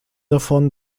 davon